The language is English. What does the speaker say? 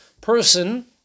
person